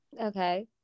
Okay